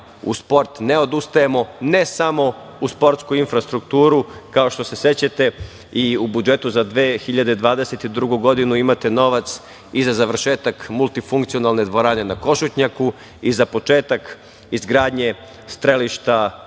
u sport ne odustajemo, ne samo u sportsku infrastrukturu, kao što se sećate, i u budžetu za 2022. godinu imate novac i za završetak multifunkcionalne dvorane na Košutnjaku i za početak izgradnje strelišta